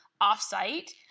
off-site